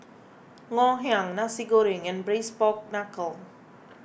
Ngoh Hiang Nasi Goreng and Braised Pork Knuckle